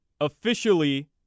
officially